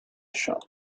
shop